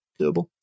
Doable